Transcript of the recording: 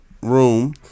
room